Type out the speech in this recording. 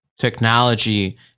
technology